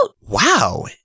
Wow